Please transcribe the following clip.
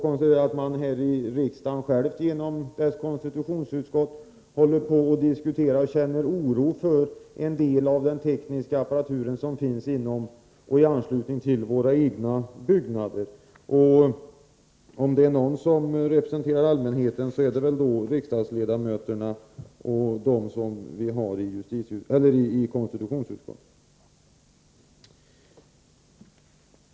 Det finns också anledning att konstatera att vi här i riksdagen känner oro för en del av den tekniska apparatur som finns inom och i anslutning till våra egna byggnader. Det framgår inte minst av den diskussion om dessa frågor som förs i konstitutionsutskottet. Konstitutionsutskottets ledamöter borde väl om några kunna sägas representera allmänheten i det här fallet.